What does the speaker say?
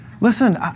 Listen